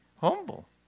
humble